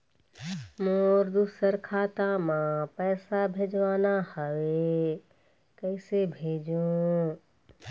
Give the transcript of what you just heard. मोर दुसर खाता मा पैसा भेजवाना हवे, कइसे भेजों?